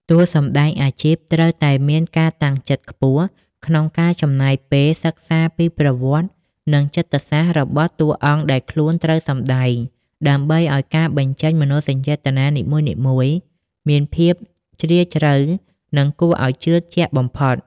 តួសម្ដែងអាជីពត្រូវតែមានការតាំងចិត្តខ្ពស់ក្នុងការចំណាយពេលសិក្សាពីប្រវត្តិ និងចិត្តសាស្ត្ររបស់តួអង្គដែលខ្លួនត្រូវសម្ដែង ដើម្បីឱ្យការបញ្ចេញមនោសញ្ចេតនានីមួយៗមានភាពជ្រាលជ្រៅ និងគួរឱ្យជឿជាក់បំផុត។